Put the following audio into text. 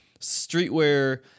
streetwear